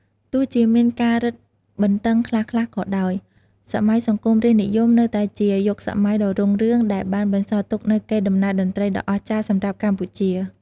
ទោះជាមានការរឹតបន្តឹងខ្លះៗក៏ដោយ សម័យសង្គមរាស្ត្រនិយមនៅតែជាយុគសម័យដ៏រុងរឿងដែលបានបន្សល់ទុកនូវកេរដំណែលតន្ត្រីដ៏អស្ចារ្យសម្រាប់កម្ពុជា។